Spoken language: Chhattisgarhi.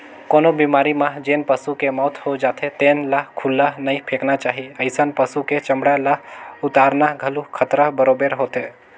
कोनो बेमारी म जेन पसू के मउत हो जाथे तेन ल खुल्ला नइ फेकना चाही, अइसन पसु के चमड़ा ल उतारना घलो खतरा बरोबेर होथे